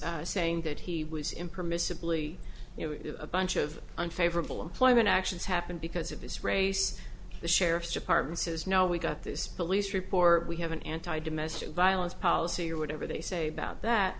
case saying that he was impermissibly you know a bunch of unfavorable employment actions happened because of his race the sheriff's department says no we got this police report we have an anti domestic violence policy or whatever they say about that